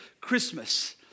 Christmas